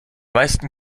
meisten